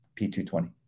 p220